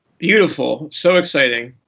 beautiful. so exciting.